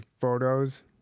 photos